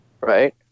right